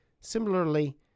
Similarly